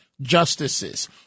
justices